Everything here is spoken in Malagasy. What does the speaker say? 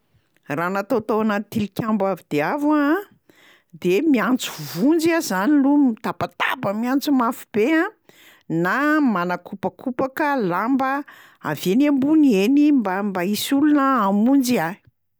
Raha natao tao anaty tilikambo avo de avo aho a de miantso vonjy aho zany loha, mitabataba miantso mafy be a, na manakopakopaka lamba avy eny ambony eny mba- mba hisy olona hamonjy ahy.